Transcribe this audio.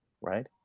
right